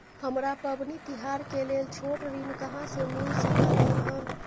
हमरा पबनी तिहार के लेल छोट ऋण कहाँ से मिल सकलय हन?